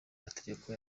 mategeko